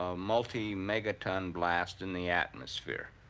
ah multi-megaton blast in the atmosphere.